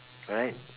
alright